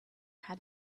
had